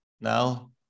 now